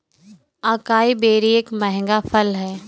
acai berry एक महंगा फल है